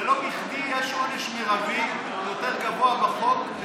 ולא בכדי יש עונש מרבי יותר גבוה בחוק על